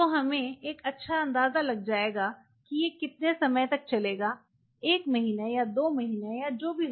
तो हमें एक अच्छा अंदाज़ा लग जायेगा की ये कितने समय तक चलेगा एक महीने या दो महीने या जो भी हो